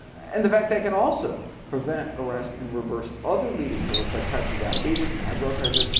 and the fact it can also prevent, arrest and reverse other leading killers like type two diabetes and high blood pressure,